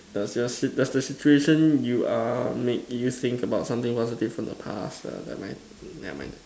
does your sit does the situation you are make you think about something positive in the past uh never mind never mind